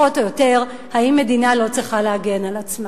פחות או יותר, האם מדינה לא צריכה להגן על עצמה.